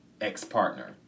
ex-partner